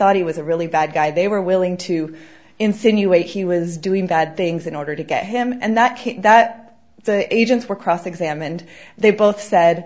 was a really bad guy they were willing to insinuate he was doing bad things in order to get him and that that the agents were cross examined they both said